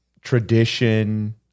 tradition